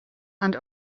and